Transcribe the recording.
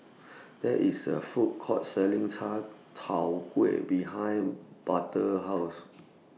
There IS A Food Court Selling Cai Tow Kuay behind Butler's House